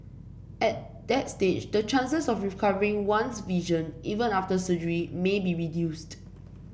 at that stage the chances of recovering one's vision even after surgery may be reduced